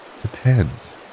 depends